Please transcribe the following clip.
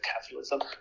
capitalism